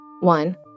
One